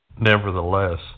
Nevertheless